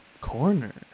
Corner